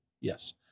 yes